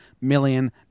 million